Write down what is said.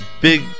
big